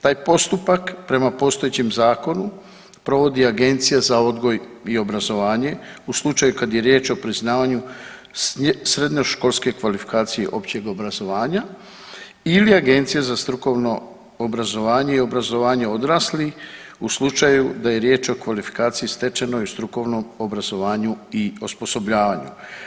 Taj postupak prema postojećem zakonu provodi Agencija za odgoj i obrazovanje u slučaju kad je riječ o priznavanju srednjoškolske kvalifikacije općeg obrazovanja ili Agencija za strukovno obrazovanje i obrazovanje odraslih o slučaju da je riječ o kvalifikaciji stečenoj u strukovnom obrazovanju i osposobljavanju.